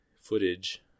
footage